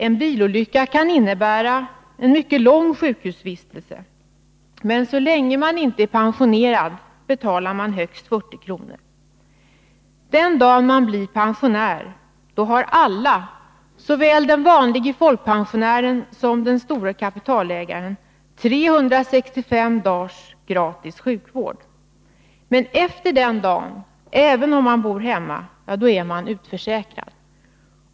En bilolycka kan innebära en mycket lång sjukhusvistelse, men så länge man inte är pensionerad betalar man högst 40 kr. Den dag man blir pensionär har man alltid, såväl den vanlige folkpensionären som den store kapitalägaren, 365 dagars gratis sjukvård. Men efter den dagen, även om man bor hemma, är man utförsäkrad.